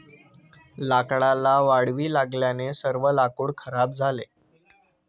लाकडाला वाळवी लागल्याने सर्व लाकूड खराब झाले